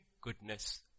Goodness